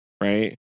Right